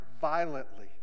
violently